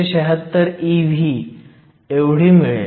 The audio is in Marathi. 276 ev एवढी मिळेल